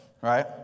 right